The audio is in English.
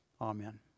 Amen